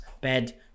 bed